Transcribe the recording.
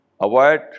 avoid